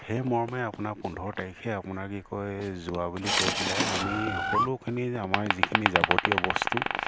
সেই মৰ্মে আপোনাৰ পোন্ধৰ তাৰিখে আপোনাৰ কি কয় যোৱা বুলি কৈ পেলাই আমি সকলোখিনি আমাৰ যিখিনি যাৱতীয় বস্তু